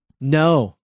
No